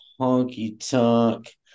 honky-tonk